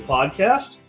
Podcast